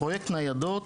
פרויקט ניידות